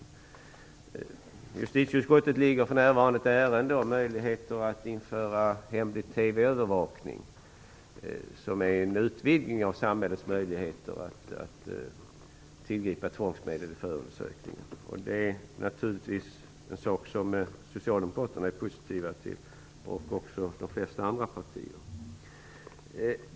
I justitieutskottet ligger för närvarande ett ärende om möjligheter att införa hemlig TV-övervakning, som är en utvidgning av samhällets möjligheter att tillgripa tvångsmedel vid förundersökning. Det är naturligtvis en sak som Socialdemokraterna är positiva till, och också de flesta andra partier.